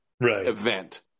event